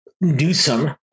Newsom